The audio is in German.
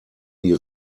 die